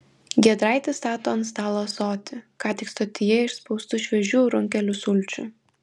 giedraitis stato ant stalo ąsotį ką tik stotyje išspaustų šviežių runkelių sulčių